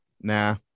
nah